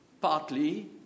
partly